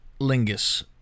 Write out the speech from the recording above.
Lingus